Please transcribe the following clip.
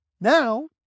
now